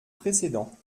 précédent